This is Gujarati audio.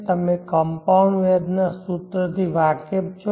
તમે કંપાઉન્ડ વ્યાજ નાં સૂત્રથી વાકેફ છો